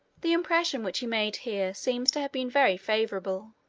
the impression which he made here seems to have been very favorable.